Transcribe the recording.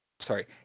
Sorry